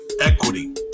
equity